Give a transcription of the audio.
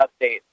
update